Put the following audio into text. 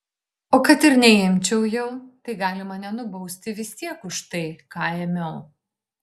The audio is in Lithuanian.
o kad ir neimčiau jau tai gali mane nubausti vis tiek už tai ką ėmiau